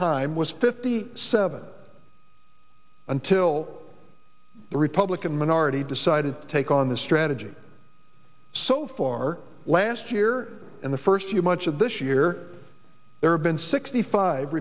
time was fifty seven until the republican minority decided to take on the strategy so far last year in the first few months of this year there have been sixty five